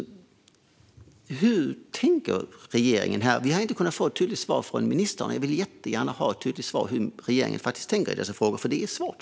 Hur tänker regeringen här? Vi har inte kunnat få ett tydligt svar från ministern. Jag vill jättegärna ha ett tydligt svar på hur regeringen faktiskt tänker i dessa frågor, för det är svårt.